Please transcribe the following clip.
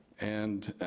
and